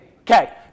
Okay